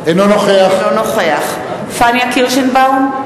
אינו נוכח פניה קירשנבאום,